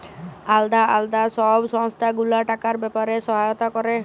আলদা আলদা সব সংস্থা গুলা টাকার ব্যাপারে সহায়তা ক্যরে